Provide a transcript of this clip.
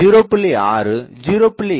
4 0